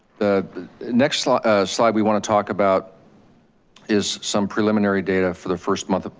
the next slide ah slide we want to talk about is some preliminary data for the first month,